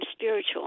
spiritual